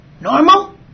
Normal